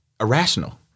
irrational